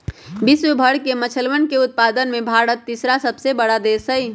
विश्व भर के मछलयन उत्पादन में भारत तीसरा सबसे बड़ा देश हई